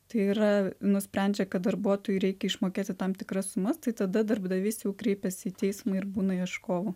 tai yra nusprendžia kad darbuotojui reikia išmokėti tam tikras sumas tai tada darbdavys jau kreipiasi į teismą ir būna ieškovu